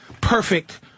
perfect